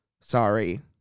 sorry